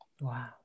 wow